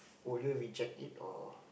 would you reject it or